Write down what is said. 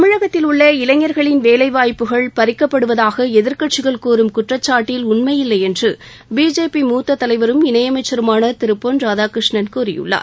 தமிழகத்தில் உள்ள இளைஞர்களின் வேலைவாய்ப்புகள் பறிக்கப்படுவதாக எதிர்க்கட்சிகள் கூறும் குற்றச்சாட்டில் உண்மையில்லை என்று மத்த தலைவரும் இணையமைச்சருமான திரு பொன் ராதாகிருஷ்ணன் கூறியுள்ளார்